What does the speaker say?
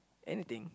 anything